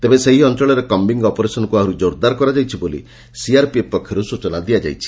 ତେବେ ସେହି ଅଞ୍ଚଳରେ କ ଅପରେସନକୁ ଆହୁରି ଜୋରଦାର କରାଯାଇଛି ବୋଲି ସିଆର୍ପିଏଫ୍ ପକ୍ଷର୍ ସ୍ ଚନା ଦିଆଯାଇଛି